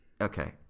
Okay